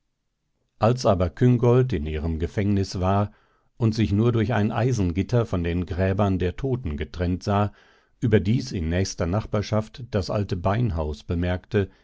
als aber küngolt in ihrem gefängnis war und sich nur durch ein eisengitter von den gräbern der toten getrennt sah überdies in nächster nachbarschaft das alte beinhaus bemerkte